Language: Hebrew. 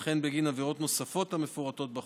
וכן בגין עבירות נוספות המפורטות בחוק,